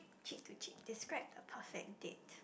cheat to cheat describe a perfect date